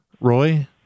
Roy